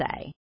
say